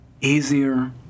easier